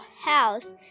house